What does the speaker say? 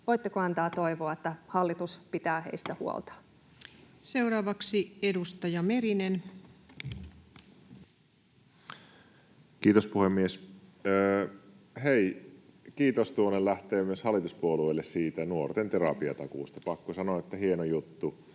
koputtaa] että hallitus pitää heistä huolta? Seuraavaksi edustaja Merinen. Kiitos, puhemies! Hei, kiitos lähtee myös tuonne hallituspuolueille nuorten terapiatakuusta. Pakko sanoa, että hieno juttu,